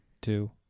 two